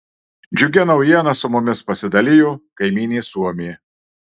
džiugia naujiena su mumis pasidalijo kaimynė suomė